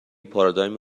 پارادایم